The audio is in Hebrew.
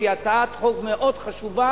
שהיא הצעת חוק מאוד חשובה.